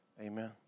Amen